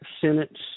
sentence